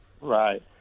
Right